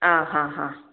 ആ ആ ആ